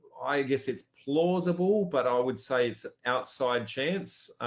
i guess it's plausible, but i would say it's outside chance.